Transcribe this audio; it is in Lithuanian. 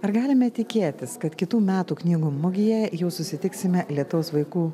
ar galime tikėtis kad kitų metų knygų mugėje jau susitiksime lietaus vaikų